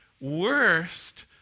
worst